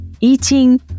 eating